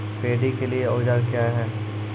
Paddy के लिए औजार क्या हैं?